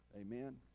amen